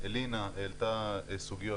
אלינה העלתה סוגיות,